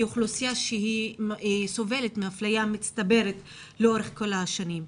היא אוכלוסייה שהיא סובלת מאפליה מצטברת לאורך כל השנים.